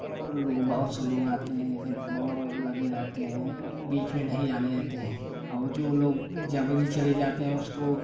और लोग बहुत से लोग आते हैं बहुत लगे रहते हैं लेकिन बीच में नहीं आने देते हैं और जो लोग जबरी चले जाते हैं उसको